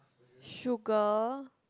sugar